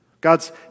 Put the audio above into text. God's